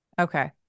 Okay